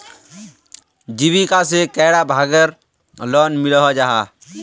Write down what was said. जीविका से कैडा भागेर लोन मिलोहो जाहा?